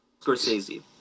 Scorsese